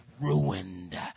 ruined